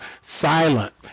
silent